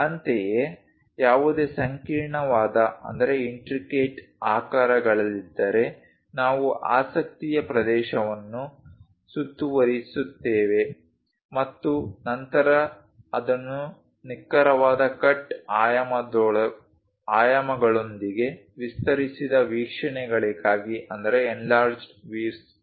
ಅಂತೆಯೇ ಯಾವುದೇ ಸಂಕೀರ್ಣವಾದ ಆಕಾರಗಳಿದ್ದರೆ ನಾವು ಆಸಕ್ತಿಯ ಪ್ರದೇಶವನ್ನು ಸುತ್ತುವರಿಯುತ್ತೇವೆ ಮತ್ತು ನಂತರ ಅದನ್ನು ನಿಖರವಾದ ಕಟ್ ಆಯಾಮಗಳೊಂದಿಗೆ ವಿಸ್ತರಿಸಿದ ವೀಕ್ಷಣೆಗಳಾಗಿ ತೋರಿಸುತ್ತೇವೆ